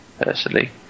personally